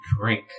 drink